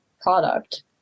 product